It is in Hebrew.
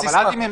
על בסיס מה?